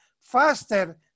faster